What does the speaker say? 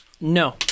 No